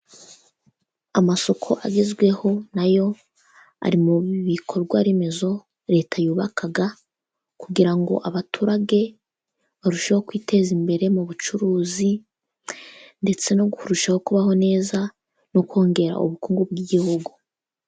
Amasoko agezweho na yo ari mu bikorwa remezo Leta yubaka, kugira ngo abaturage barusheho kwiteza imbere mu bucuruzi, ndetse no kurushaho kubaho neza no kongera ubukungu bw'igihugu.